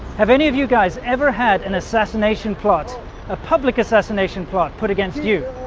have any of you guys ever had an assassination plot a public assassination plot put against you